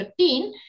13